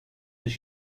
his